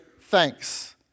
thanks